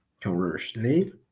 Conversely